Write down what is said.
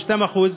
ב-2%,